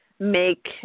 make